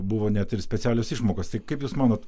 buvo net ir specialios išmokos tai kaip jūs manot